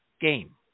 game